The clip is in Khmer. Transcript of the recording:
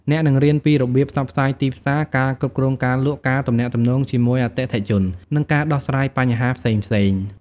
អ្នកនឹងរៀនពីរបៀបផ្សព្វផ្សាយទីផ្សារ ការគ្រប់គ្រងការលក់ ការទំនាក់ទំនងជាមួយអតិថិជន និងការដោះស្រាយបញ្ហាផ្សេងៗ។